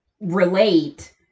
relate